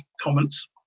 comments